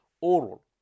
oral